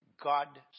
God